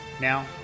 Now